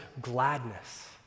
gladness